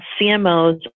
CMOs